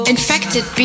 Infected